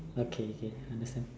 okay okay understand